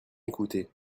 écouter